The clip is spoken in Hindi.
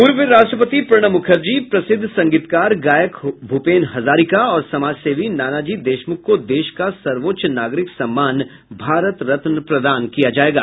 पूर्व राष्ट्रपति प्रणब मुखर्जी प्रसिद्ध संगीतकार गायक भूपेन हजारिका और समाजसेवी नानाजी देशमूख को देश का सर्वोच्च नागरिक सम्मान भारत रत्न प्रदान किया जायेगा